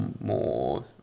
more